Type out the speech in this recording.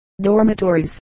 dormitories